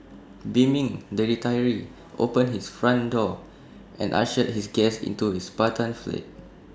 beaming the retiree opened his front door and ushered his guest into his Spartan flat